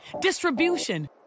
distribution